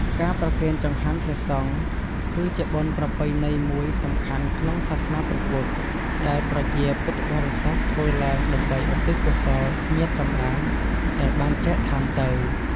ការប្រគេនចង្ហាន់ព្រះសង្ឃ គឺជាបុណ្យប្រពៃណីមួយសំខាន់ក្នុងសាសនាព្រះពុទ្ធ ដែលប្រជាពុទ្ធបរិស័ទធ្វើឡើងដើម្បីឧទ្ទិសកុសលញាតិសន្តានដែលបានចែកឋានទៅ។